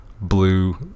Blue